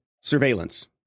surveillance